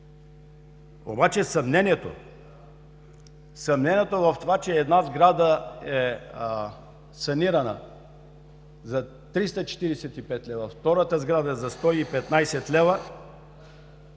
Обаче съмнението в това, че една сграда е санирана за 345 лв., а втората сграда за 115 лева…